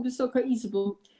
Wysoka Izbo!